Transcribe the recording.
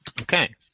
Okay